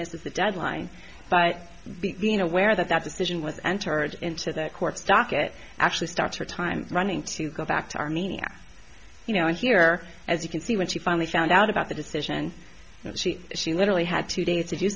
misses the deadline but being aware that that decision was entered into the court's docket actually stopped her time running to go back to armenia you know and here as you can see when she finally found out about the decision she she literally had two days to do